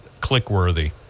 click-worthy